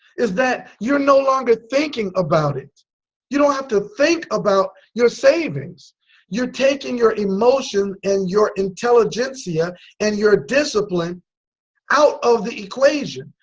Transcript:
is that your'e no longer thinking about it you don't have to think about your savings you taking your emotions and your intelligence yeah and your discipline out of the equation.